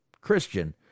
Christian